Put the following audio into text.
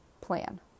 plan